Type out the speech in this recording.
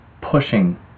pushing